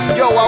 yo